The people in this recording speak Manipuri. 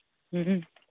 ꯎꯝ ꯎꯝ